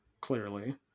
clearly